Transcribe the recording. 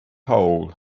hole